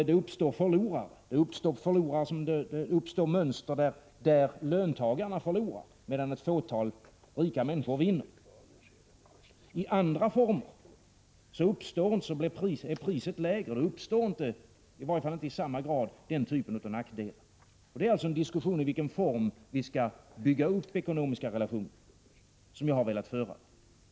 Det uppstår förlorare, liksom det uppstår mönster där löntagarna förlorar medan ett fåtal rika människor vinner. I andra former är priset lägre, då uppstår i varje fall inte i samma grad den typen av nackdelar. Det är alltså en diskussion om i vilken form vi skall bygga upp ekonomiska relationer som jag har velat föra.